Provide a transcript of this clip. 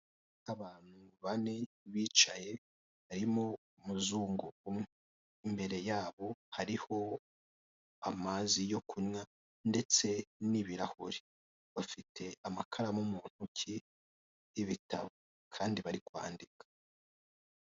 Abantu bane bicaye barimo umuzungu umwe, imbere yabo hariho amazi yo kunywa ndetse n'ibirahuri, bafite amakaramu mu ntoki n'ibitabo kandi bari kwandika.